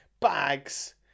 bags